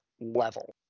level